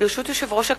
ברשות יושב-ראש הכנסת,